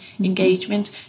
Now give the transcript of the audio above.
engagement